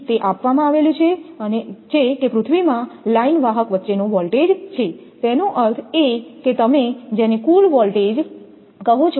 તે આપવામાં આવેલ છે કે પૃથ્વીમાં લાઇન વાહક વચ્ચે નો વોલ્ટેજ છે તેનો અર્થ એ કે તમે જેને કુલ વોલ્ટેજ કહો છો